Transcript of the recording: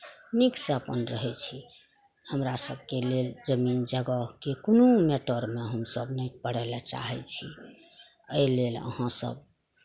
नीकसँ अपन रहै छी हमरा सबके लेल जमीन जगहके कोनो मेटरमे हमसब नहि पड़ै लए चाहै छी एहि लेल अहाँ सब